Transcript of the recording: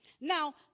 Now